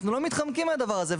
אנחנו לא מתחמקים מהדבר הזה,